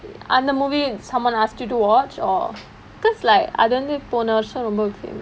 அந்த:antha movie someone asked you to watch or because like அது வந்து போன வருஷம் ரொம்ப:athu vanthu pona varusham romba famous